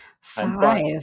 Five